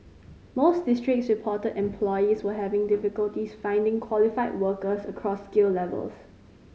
most districts reported employers were having difficulties finding qualified workers across skill levels